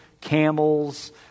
camels